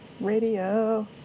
Radio